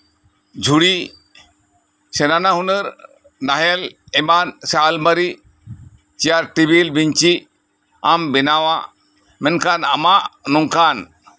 ᱡᱷᱩᱲᱤ ᱥᱮ ᱱᱟᱱᱟ ᱦᱩᱱᱟᱹᱨ ᱱᱟᱦᱮᱞ ᱮᱢᱟᱱ ᱥᱮ ᱟᱞᱢᱟᱨᱤ ᱪᱮᱭᱟᱨ ᱴᱮᱵᱤᱞ ᱵᱮᱧᱪᱤ ᱟᱢ ᱵᱮᱱᱟᱣᱟ ᱢᱮᱵᱠᱷᱟᱱ ᱟᱢᱟᱜ ᱱᱚᱝᱠᱟᱱ